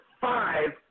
five